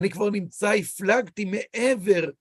אני כבר נמצא הפלגתי מעבר!